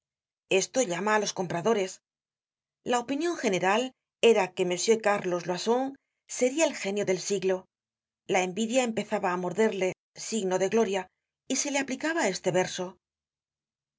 esto llama á los compradores la opinion general era que m carlos loyson sería el genio del siglo la envidia empezaba á morderle signo de gloria y se le aplicaba este verso